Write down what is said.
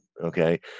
okay